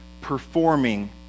performing